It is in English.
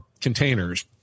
containers